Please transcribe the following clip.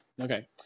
Okay